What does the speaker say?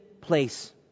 place